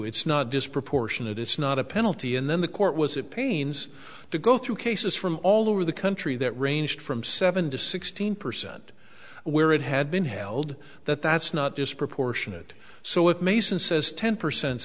it's not disproportionate it's not a penalty and then the court was at pains to go through cases from all over the country that ranged from seven to sixteen percent where it had been held that that's not disproportionate so it mason says ten percent